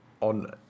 on